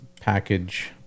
package